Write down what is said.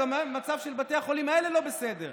גם המצב של בתי החולים האלה לא בסדר.